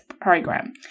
program